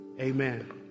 amen